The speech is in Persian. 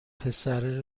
پسره